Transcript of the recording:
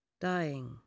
Dying